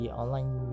online